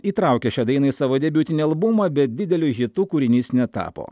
įtraukė šią dainą į savo debiutinį albumą bet dideliu hitu kūrinys netapo